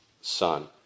son